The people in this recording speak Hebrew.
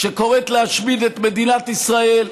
שקוראת להשמיד את מדינת ישראל,